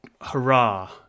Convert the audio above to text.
hurrah